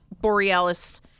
borealis